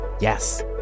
Yes